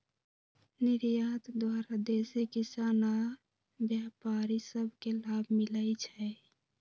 निर्यात द्वारा देसी किसान आऽ व्यापारि सभ के लाभ मिलइ छै